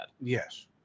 yes